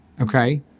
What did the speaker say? Okay